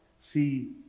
see